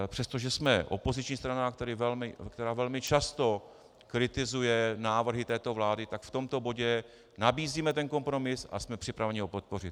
Přestože jsme opoziční strana, která velmi často kritizuje návrhy této vlády, tak v tomto bodě nabízíme kompromis a jsme připraveni ho podpořit.